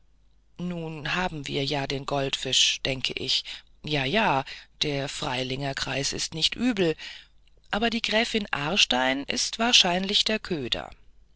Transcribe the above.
nun haben wir ja den goldfisch denke ich ja ja der freilinger kreis ist nicht übel aber die gräfin aarstein ist wahrscheinlich der köder